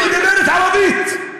שמדברת ערבית.